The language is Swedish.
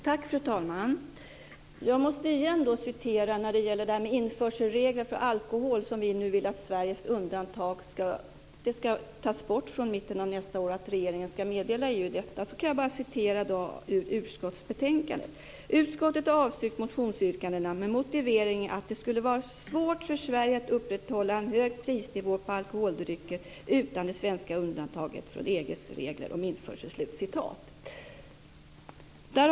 Fru talman! När det gäller Sveriges undantag från införselregler för alkohol som ska tas bort från mitten av nästa år, vilket regeringen ska meddela EU, kan jag åter citera ur utskottsbetänkandet: Utskottet har avstyrkt motionsyrkandena med motiveringen att det skulle vara svårt för Sverige att upprätthålla en hög prisnivå på alkoholdrycker utan det svenska undantaget från EG:s regler om införsel.